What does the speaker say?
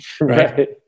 Right